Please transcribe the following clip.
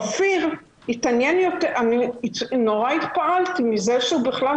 אופיר התעניין יותר, נורא התפעלתי מזה שהוא בכלל